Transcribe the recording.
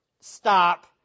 Stop